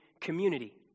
community